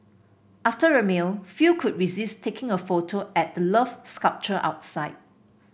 after a meal few could resist taking a photo at the Love sculpture outside